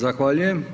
Zahvaljujem.